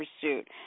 pursuit